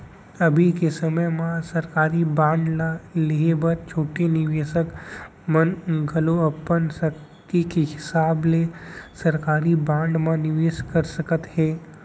अभी के समे म सरकारी बांड ल लेहे बर छोटे निवेसक मन घलौ अपन सक्ति के हिसाब ले सरकारी बांड म निवेस कर सकत हें